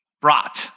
brought